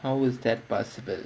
how is that possible